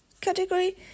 category